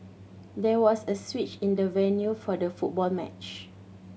there was a switch in the venue for the football match